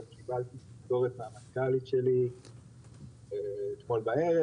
גם קיבלתי תזכורת מן המנכ"לית שלי אתמול בערב,